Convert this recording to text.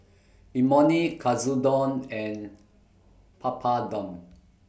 Imoni Katsudon and Papadum